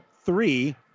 three